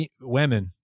women